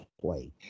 play